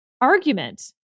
argument